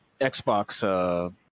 Xbox